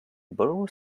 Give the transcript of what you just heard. borrow